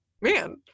man